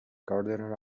gardener